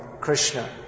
Krishna